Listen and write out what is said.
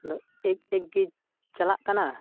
ᱟᱫᱚ ᱮᱠ ᱮᱠ ᱜᱮ ᱪᱟᱞᱟᱜ ᱠᱟᱱᱟ